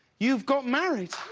you've gotten married.